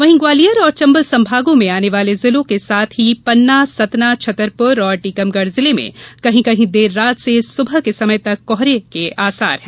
वहीं ग्वालियर और चंबल संभागों में आने वाले जिलों के साथ ही पन्ना सतना छतरपुर और टीकमगढ़ जिले में कहीं कहीं देर रात से सुबह के समय तक कोहरे के आसार हैं